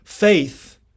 Faith